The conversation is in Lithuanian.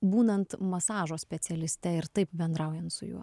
būnant masažo specialiste ir taip bendraujan su juo